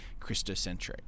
Christocentric